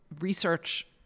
research